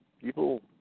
people